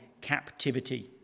captivity